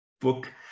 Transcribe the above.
book